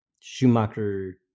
schumacher